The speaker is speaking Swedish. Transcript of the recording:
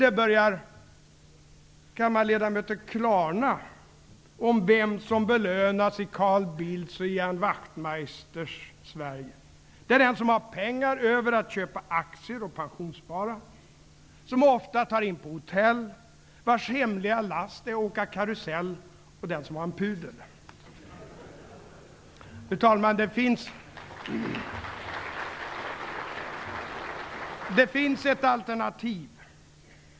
Det börjar klarna, kammarledamöter, om vem som belönas i Carl Bildts och Ian Wachtmeisters Sverige. Det är den som har pengar över till att köpa aktier och pensionsspara, som ofta tar in på hotell, vars hemliga last är att åka karusell och som har en pudel. Fru talman! Det finns ett alternativ.